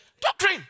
Doctrine